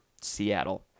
Seattle